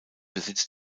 besitz